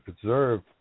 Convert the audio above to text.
preserve